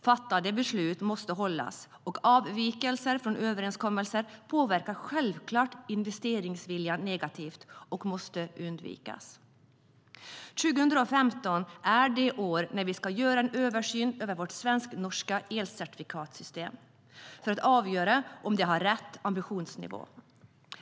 Fattade beslut måste hållas, och avvikelser från överenskommelser påverkar självklart investeringsviljan negativt och måste undvikas.2015 är det år när vi ska göra en översyn av vårt svensk-norska elcertifikatssystem för att avgöra om det har rätt ambitionsnivå.